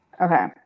Okay